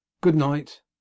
good-night